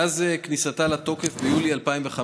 מאז כניסתה לתוקף, ביולי 2015,